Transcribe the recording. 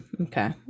okay